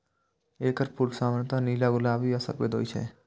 एकर फूल सामान्यतः नीला, गुलाबी आ सफेद होइ छै